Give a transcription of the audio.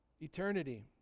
eternity